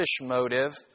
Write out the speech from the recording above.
motive